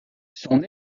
son